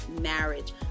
marriage